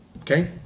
Okay